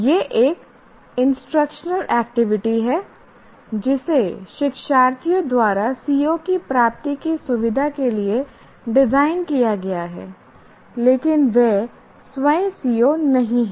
यह एक instructional activity है जिसे शिक्षार्थियों द्वारा CO की प्राप्ति की सुविधा के लिए डिज़ाइन किया गया है लेकिन वे स्वयं CO नहीं हैं